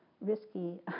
risky